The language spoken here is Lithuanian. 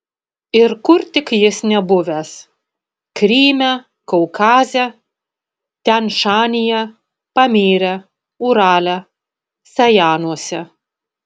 ir kur tik jis nebuvęs kryme kaukaze tian šanyje pamyre urale sajanuose